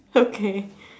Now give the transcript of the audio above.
okay